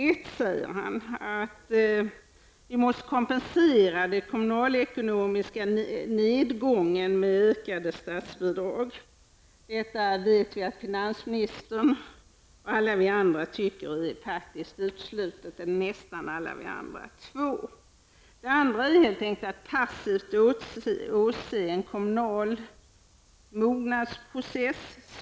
Det första är att vi måste kompensera den kommunalekonomiska nedgången med ökade statsbidrag. Finansministern och nästan alla andra tycker att detta är uteslutet. Det andra är helt enkelt att passivt åse en kommunal mognadsprocess.